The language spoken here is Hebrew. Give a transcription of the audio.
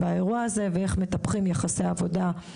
זה לבני המשפחה.